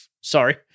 sorry